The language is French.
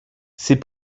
ces